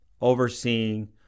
overseeing